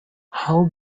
how